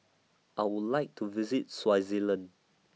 I Would like to visit Swaziland